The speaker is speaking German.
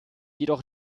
jedoch